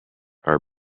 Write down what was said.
are